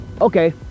okay